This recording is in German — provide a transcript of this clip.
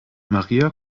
maria